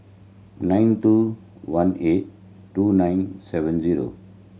nine two one eight two nine seven zero